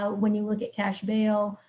ah when you look at cash bail.